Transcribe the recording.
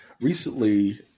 recently